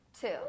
two